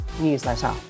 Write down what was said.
newsletter